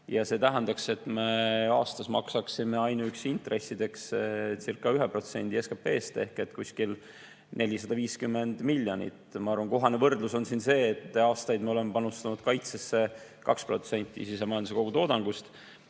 See tähendaks, et me aastas maksaksime ainuüksi intressidekscirca1% SKT-st ehk umbes 450 miljonit. Ma arvan, kohane võrdlus on siin see, et aastaid me oleme panustanud kaitsesse 2% sisemajanduse kogutoodangust.